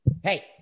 Hey